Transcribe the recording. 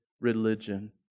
religion